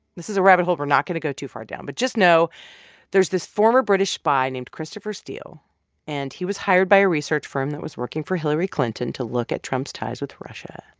this is a rabbit hole we're not going to go too far down, but just know there's this former british spy named christopher steele and he was hired by a research firm that was working for hillary clinton to look at trump's ties with russia.